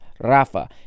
Rafa